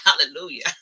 Hallelujah